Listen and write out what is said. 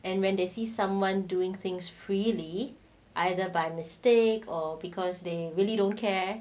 and when they see someone doing things freely either by mistake or because they really don't care